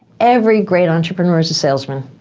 every great entrepreneur's a salesman.